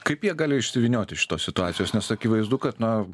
kaip jie gali išsivynioti iš šitos situacijos nes akivaizdu kad na